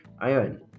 Ayon